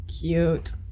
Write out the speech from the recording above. cute